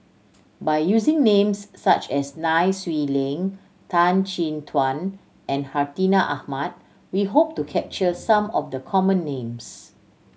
by using names such as Nai Swee Leng Tan Chin Tuan and Hartinah Ahmad we hope to capture some of the common names